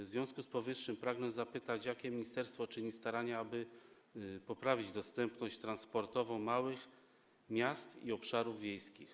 W związku z powyższym pragnę zapytać, jakie ministerstwo czyni starania, aby poprawić dostępność transportową małych miast i obszarów wiejskich.